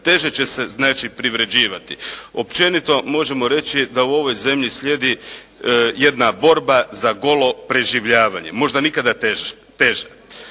Teže će se znači privređivati. Općenito možemo reći da u ovoj zemlji slijedi jedna borba za golo preživljavanje, možda nikada teže.